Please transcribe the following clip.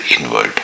inward